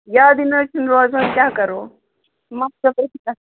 یادٕ نہٕ حظ چھُنہٕ روزان کیٛاہ کَرو